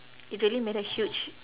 it really made a huge